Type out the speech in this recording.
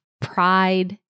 pride